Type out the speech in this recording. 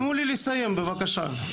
תנו לי לסיים בבקשה.